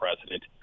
president